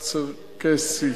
הצ'רקסי.